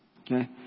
Okay